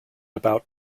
about